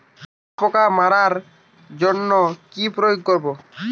লেদা পোকা মারার জন্য কি প্রয়োগ করব?